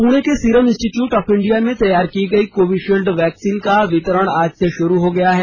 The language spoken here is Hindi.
पुणे के सीरम इंस्टीट्यूट ऑफ इंडिया में तैयार की गई कोविशील्ड वैक्सीन का वितरण आज से शुरू हो गया है